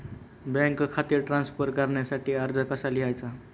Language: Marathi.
बँक खाते ट्रान्स्फर करण्यासाठी अर्ज कसा लिहायचा?